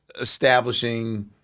establishing